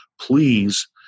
Please